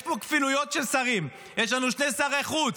יש פה כפילויות של שרים: יש לנו שני שרי חוץ,